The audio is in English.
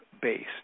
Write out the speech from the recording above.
based